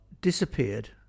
disappeared